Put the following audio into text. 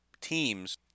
teams